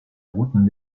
roten